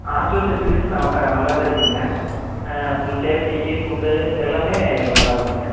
hostel facilities நான் நல்லாவே இருக்குங்க உங்கள் சேஃப்ட்டிக்கு ஃபுட்டு எல்லாமே நல்லா இருக்குங்க